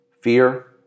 Fear